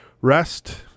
rest